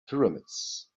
pyramids